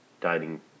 dining